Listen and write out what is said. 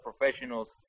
professionals